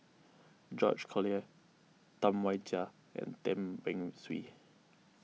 George Collyer Tam Wai Jia and Tan Beng Swee